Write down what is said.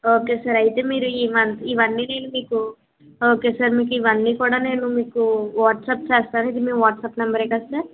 okay sir అయితే మీరు ఇవన్నీ ఇవన్నీ నేను మీకు ఓకే సార్ మీకు ఇవన్నీ కూడా నేను మీకు వాట్సాప్ చేస్తాను ఇది మీ వాట్సాప్ నెంబరే కదా సార్